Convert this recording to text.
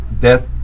Death